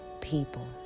people